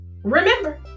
Remember